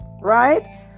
right